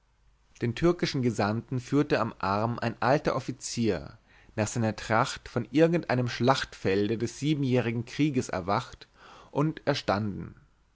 den türkischen gesandten führte am arm ein alter offizier nach seiner tracht von irgend einem schlachtfelde des siebenjährigen krieges erwacht und erstanden